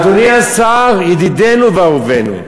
אדוני השר, ידידנו ואהובנו,